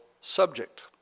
subject